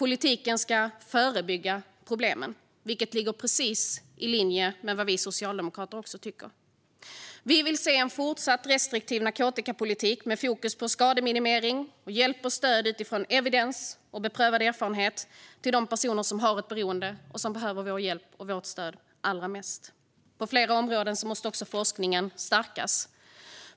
Politiken ska förebygga problemen, vilket ligger precis i linje med vad vi socialdemokrater också tycker. Vi vill se en fortsatt restriktiv narkotikapolitik med fokus på skademinimering och hjälp och stöd utifrån evidens och beprövad erfarenhet till de personer som har ett beroende och som behöver vår hjälp och vårt stöd allra mest. På flera områden måste också forskningen stärkas.